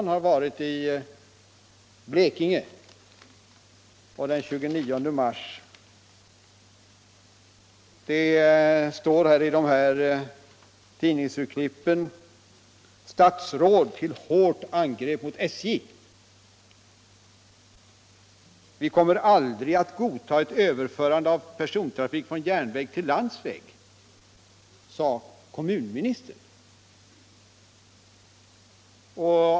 Han har varit i Blekinge, och i Sölvesborgs-Tidningen för den 29 mars står det bl.a. följande: ”Statsråd till hårt angrepp mot SJ. Vi kommer aldrig att godtaga ett överförande av persontrafiken från järnväg till landsväg, sade Hans Gustafsson.